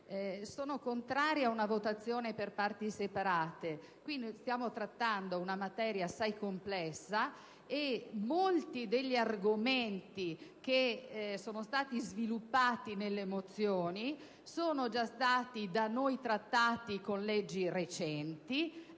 sono contraria ad una votazione per parti separate. Stiamo infatti trattando una materia assai complessa e molti degli argomenti sviluppati nelle mozioni sono già stati da noi trattati con leggi recenti;